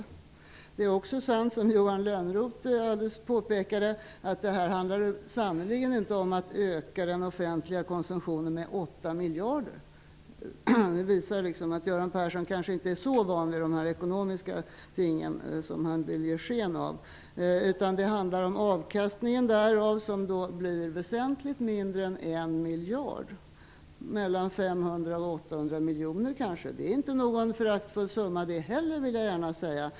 Vidare är det sant, som Johan Lönnroth påpekade, att det sannerligen inte handlar om att öka den offentliga konsumtionen med 8 miljarder. Det visar att Göran Persson kanske inte är så van vid de ekonomiska tingen som han vill ge sken av. Det handlar om avkastningen, som blir väsentligt mindre än 1 miljard, kanske mellan 500 och 800 miljoner. Det är inte någon föraktfull summa det heller, vill jag säga.